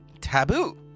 Taboo